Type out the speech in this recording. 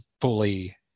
fully